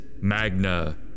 Magna